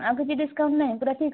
ଆଉ କିଛି ଡିସକାଉଣ୍ଟ ନାହିଁ ପୁରା ଫିକ୍ସଡ଼୍